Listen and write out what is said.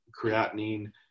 creatinine